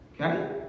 Okay